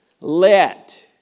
Let